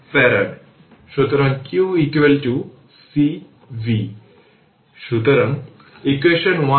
সুতরাং যদি এটি 40 হয় তাহলে R eq ইকুইভ্যালেন্ট হবে 10 90 তাই 100 Ω